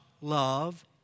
love